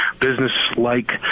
business-like